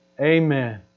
Amen